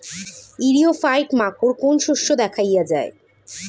ইরিও ফাইট মাকোর কোন শস্য দেখাইয়া যায়?